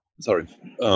sorry